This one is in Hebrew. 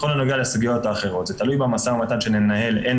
בכל הנוגע לסוגיות אחרות זה תלוי במשא ומתן שננהל הן